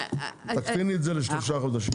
תקצרי את זה לשלושה חודשים.